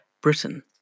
Britain